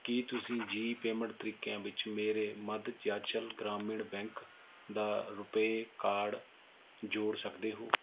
ਕੀ ਤੁਸੀਂਂ ਜ਼ੀ ਪੇਮੈਂਟ ਤਰੀਕਿਆਂ ਵਿੱਚ ਮੇਰੇ ਮੱਧਯਾਂਚਲ ਗ੍ਰਾਮੀਣ ਬੈਂਕ ਦਾ ਰੁਪੇ ਕਾਰਡ ਜੋੜ ਸਕਦੇ ਹੋ